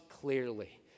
clearly